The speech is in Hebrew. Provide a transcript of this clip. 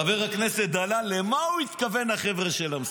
חברת הכנסת ביטון, קריאה ראשונה.